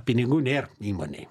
pinigų nėr įmonėj